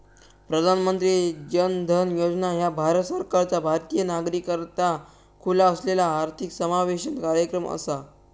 प्रधानमंत्री जन धन योजना ह्या भारत सरकारचा भारतीय नागरिकाकरता खुला असलेला आर्थिक समावेशन कार्यक्रम असा